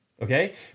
Okay